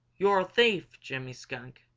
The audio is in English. you're a thief, jimmy skunk!